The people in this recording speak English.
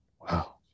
Wow